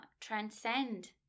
transcend